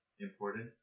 important